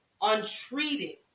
untreated